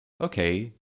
okay